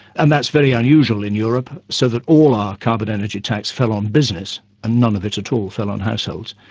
and that's very unusual in europe, so that all our carbon energy tax fell on business and none of it at all fell on households.